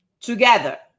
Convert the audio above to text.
together